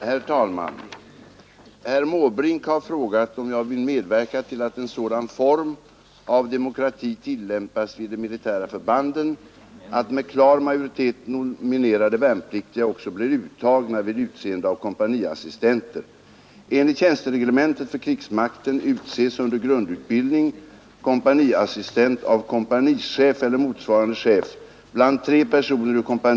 Herr talman! Herr Måbrink har frågat om jag vill medverka till att en sådan form av demokrati tillämpas vid de militära förbanden, att med klar majoritet nominerade värnpliktiga också blir uttagna vid utseendet av kompaniassistenter.